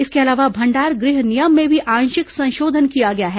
इसके अलावा भंडार गृह नियम में भी आंशिक संशोधन किया गया है